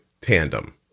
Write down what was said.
Tandem